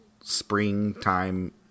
springtime